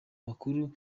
makuru